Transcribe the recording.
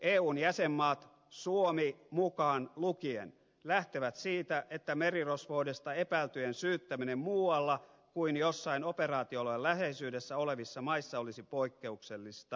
eu jäsenmaat suomi mukaan lukien lähtevät siitä että merirosvoudesta epäiltyjen syyttäminen muualla kuin jossain operaatioalueen läheisyydessä olevissa maissa olisi poikkeuksellista